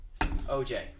OJ